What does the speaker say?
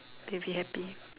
maybe happy